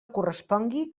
correspongui